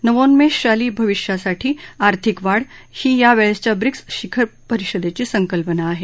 नवोन्मेषशाली भाविष्यासाठी आर्थिक वाढ ही यावेळच्या ब्रिक्स शिखर परिषदेची संकल्पना आहे